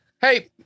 Hey